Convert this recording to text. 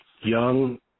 young